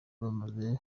bamaze